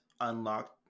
unlocked